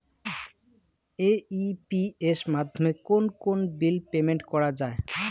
AEPS মাধ্যমে কোন কোন বিল পেমেন্ট করা যায়?